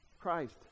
Christ